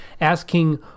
asking